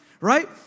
right